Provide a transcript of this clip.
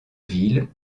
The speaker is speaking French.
ville